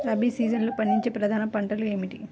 రబీ సీజన్లో పండించే ప్రధాన పంటలు ఏమిటీ?